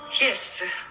Yes